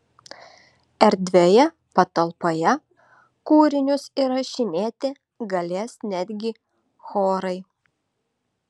erdvioje patalpoje kūrinius įrašinėti galės netgi chorai